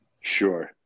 Sure